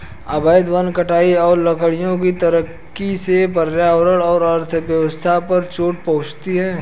अवैध वन कटाई और लकड़ियों की तस्करी से पर्यावरण और अर्थव्यवस्था पर चोट पहुँचती है